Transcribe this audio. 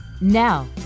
Now